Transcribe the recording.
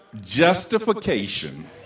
Justification